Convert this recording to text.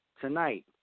tonight